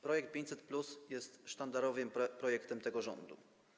Projekt 500+ jest sztandarowym projektem tego rządu.